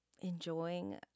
enjoying